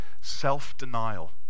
self-denial